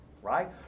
Right